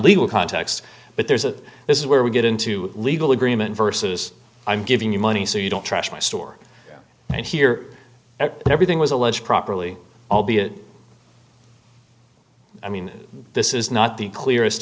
legal context but there's a this is where we get into legal agreement versus i'm giving you money so you don't trash my store and here everything was alleged properly albeit i mean this is not the clearest